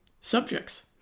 subjects